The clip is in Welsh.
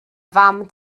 fam